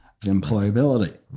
employability